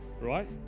right